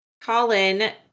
Colin